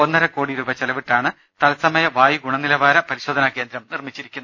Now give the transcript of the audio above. ഒന്നര കോടി രൂപ് ചെലവിട്ടാണ് തത്സമയ വായു ഗുണ നിലവാര പരിശോധനാ കേന്ദ്രം നിർമ്മിച്ചിരിക്കുന്നത്